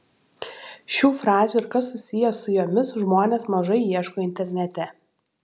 šių frazių ir kas susiję su jomis žmonės mažai ieško internete